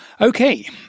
Okay